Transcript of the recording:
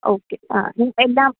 okay ആ നിങ്ങൾക്ക് എല്ലാം